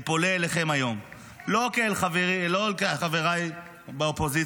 אני פונה אליכם היום לא כחבריי באופוזיציה